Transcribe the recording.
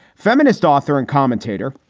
feminist author and commentator,